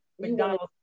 McDonald's